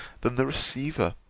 than the receiver.